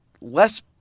less